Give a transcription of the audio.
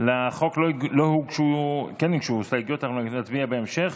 לחוק הוגשו הסתייגויות, אנחנו נצביע בהמשך.